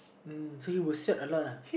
hmm so you would sweat a lot ah